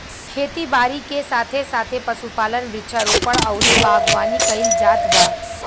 खेती बारी के साथे साथे पशुपालन, वृक्षारोपण अउरी बागवानी कईल जात बा